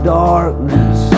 darkness